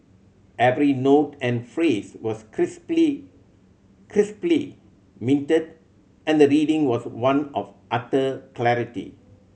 every note and phrase was crisply crisply minted and the reading was one of utter clarity